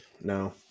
no